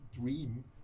dream